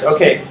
Okay